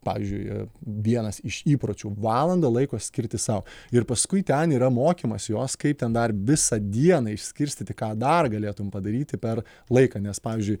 pavyzdžiui vienas iš įpročių valandą laiko skirti sau ir paskui ten yra mokymas jos kaip ten dar visą dieną išskirstyti ką dar galėtum padaryti per laiką nes pavyzdžiui